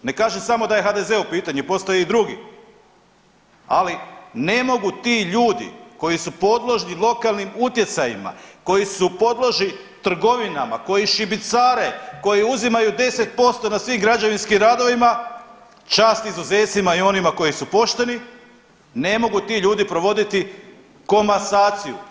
Ne kažem samo da je HDZ u pitanju postoje i drugi, ali ne mogu ti ljudi koji su podložni lokalnim utjecajima, koji su podložni trgovinama, koji šibicare, koji uzimaju 10% na svim građevinskim radovima, čast izuzecima i onima koji su pošteni, ne mogu ti ljudi provoditi komasaciju.